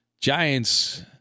Giants